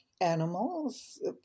animals